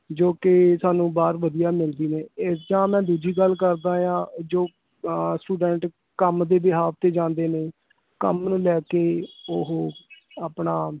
ਜੋ ਕਿ ਸਾਨੂੰ ਬਾਹਰ ਵਧੀਆ ਮਿਲਦੀ ਨੇ ਇਹ ਜਾਂ ਮੈਂ ਦੂਜੀ ਗੱਲ ਕਰਦਾ ਹਾਂ ਜੋ ਸਟੂਡੈਂਟ ਕੰਮ ਦੇ ਬਿਹਾਫ 'ਤੇ ਜਾਂਦੇ ਨੇ ਕੰਮ ਨੂੰ ਲੈ ਕੇ ਉਹ ਆਪਣਾ